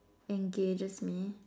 engages me